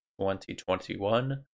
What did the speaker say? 2021